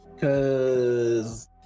cause